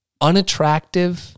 unattractive